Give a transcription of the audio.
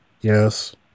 Yes